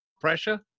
pressure